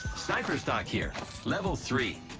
here level three